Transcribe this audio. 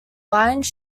lions